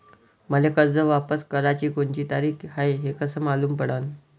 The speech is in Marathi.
मले कर्ज वापस कराची कोनची तारीख हाय हे कस मालूम पडनं?